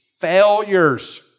failures